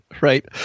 Right